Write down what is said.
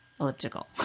elliptical